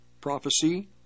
prophecy